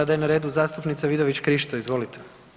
Sada je na redu zastupnica Vidović Krišto, izvolite.